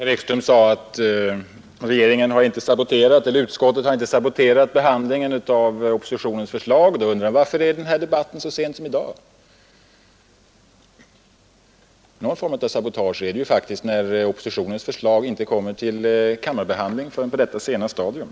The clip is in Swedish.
Herr talman! Herr Ekström sade att utskottet inte har saboterat behandlingen av oppositionens förslag. Jag undrar då varför denna debatt förs så sent som i dag. Någon form av sabotage är det faktiskt när oppositionens förslag inte kommer till kammarbehandling förrän på detta sena stadium.